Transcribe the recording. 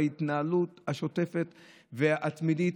בהתנהלות השוטפת והתמידית,